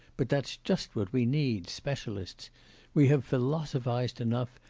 but that's just what we need, specialists we have philosophised enough,